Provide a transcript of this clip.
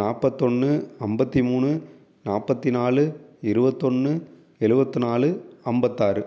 நாற்பத்தொன்னு ஐம்பத்தி மூணு நாற்பத்தி நாலு இருபத்தொன்னு எழுவத்து நாலு ஐம்பத்தாறு